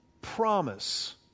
promise